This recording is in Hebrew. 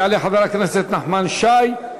יעלה חבר הכנסת נחמן שי,